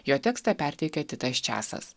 jo tekstą perteikia titas česas